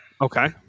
Okay